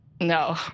no